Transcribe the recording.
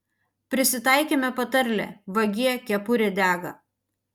prisitaikėme patarlę vagie kepurė dega